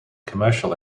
commercial